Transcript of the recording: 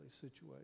situation